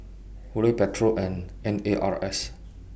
Hurley Pedro and N A R S